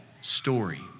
story